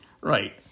right